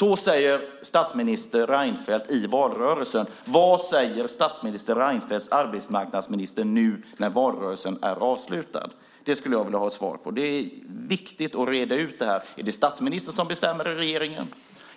Det sade statsminister Reinfeldt i valrörelsen. Vad säger statsminister Reinfeldts arbetsmarknadsminister nu när valrörelsen är avslutad? Det skulle jag vilja ha ett svar på. Det är viktigt att reda ut detta. Är det statsministern som bestämmer i regeringen?